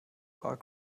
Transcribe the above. are